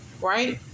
right